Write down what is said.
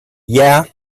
yeah